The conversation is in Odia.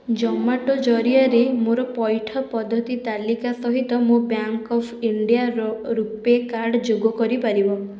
ଜୋମାଟୋ ଜରିଆରେ ମୋର ପଇଠ ପଦ୍ଧତି ତାଲିକା ସହିତ ମୋ ବ୍ୟାଙ୍କ୍ ଅଫ୍ ଇଣ୍ଡିଆର ରୂପେ କାର୍ଡ଼୍ ଯୋଗ କରିପାରିବ